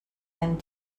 and